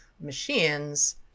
machines